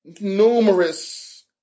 numerous